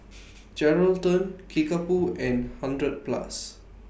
Geraldton Kickapoo and hundred Plus